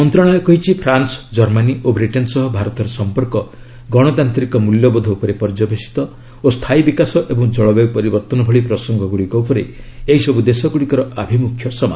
ମନ୍ତ୍ରଣାଳୟ କହିଛି France Germany ଓ ବ୍ରିଟେନ୍ ସହ ଭାରତର ସଂପର୍କ ଗଣତାନ୍ତ୍ରିକ ମୂଲ୍ୟବୋଧ ଉପରେ ପର୍ଯ୍ୟବସିତ ଓ ସ୍ଥାୟୀ ବିକାଶ ଏବଂ ଜଳବାୟ ପରିବର୍ତ୍ତନ ଭଳି ପ୍ରସଙ୍ଗଗୁଡ଼ିକ ଉପରେ ଏହିସବୁ ଦେଶଗୁଡ଼ିକର ଆଭିମୁଖ୍ୟ ସମାନ